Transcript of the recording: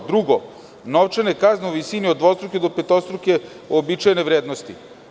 Drugo, novčane kazne u visini od dvostruke do petostruke, uobičajene vrednosti.